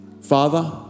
Father